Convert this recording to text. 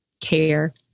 care